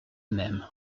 même